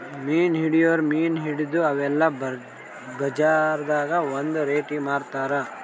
ಮೀನ್ ಹಿಡಿಯೋರ್ ಮೀನ್ ಹಿಡದು ಅವೆಲ್ಲ ಬಜಾರ್ದಾಗ್ ಒಂದ್ ರೇಟಿಗಿ ಮಾರ್ತಾರ್